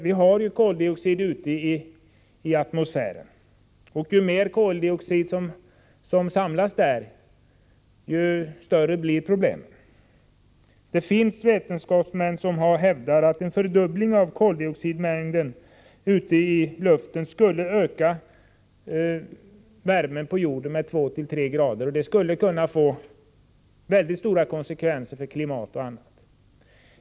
Vi har koldioxid i atmosfären, och ju mer koldioxid som samlas där, desto större blir problemet. Det finns vetenskapsmän som hävdar att en fördubbling av koldioxidmängden i luften skulle öka värmen på jorden med 2-3 grader — det skulle kunna få mycket stora konsekvenser för klimat och annat.